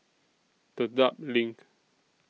Dedap LINK